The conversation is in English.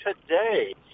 today